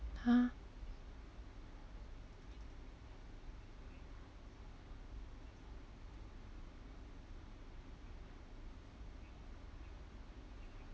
!huh!